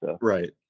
Right